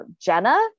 Jenna